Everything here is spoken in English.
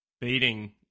beating